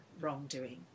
wrongdoing